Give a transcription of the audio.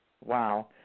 Wow